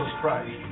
christ